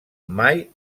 mai